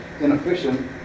inefficient